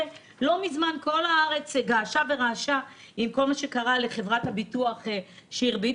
לא מזמן כל הארץ געשה ורעשה עם כל מה שקרה לחברת הביטוח שירביט,